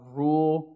rule